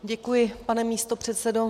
Děkuji, pane místopředsedo.